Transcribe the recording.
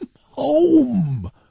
home